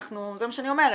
זה מה שאני אומרת.